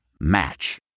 Match